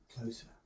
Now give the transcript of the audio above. closer